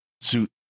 suit